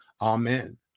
Amen